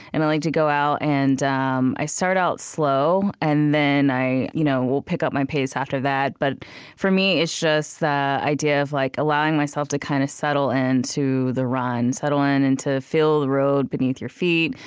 and i like to go out, and um i start out slow. and then i you know will pick up my pace after that, but for me, it's just the idea of like allowing myself to kind of settle into the run, settle in and to feel the road beneath your feet,